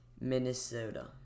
Minnesota